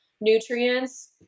nutrients